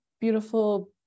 beautiful